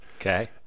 Okay